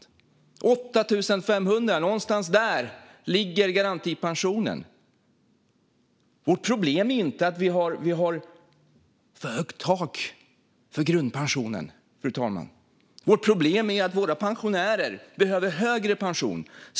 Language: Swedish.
Någonstans runt 8 500 ligger garantipensionen. Problemet är inte att vi har ett för högt tak för grundpensionen, utan det är att våra pensionärer behöver högre pension.